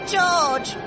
George